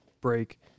break